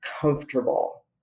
comfortable